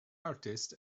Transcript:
artist